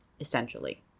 essentially